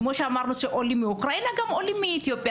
כמו שאמרנו עולים מאוקראינה, גם עולים מאתיופיה.